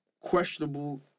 Questionable